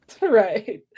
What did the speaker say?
Right